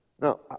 Now